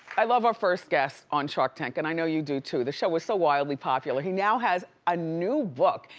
i love our first guest on shark tank and i know you do too. the show is so wildly popular. he now has ah new book.